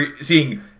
seeing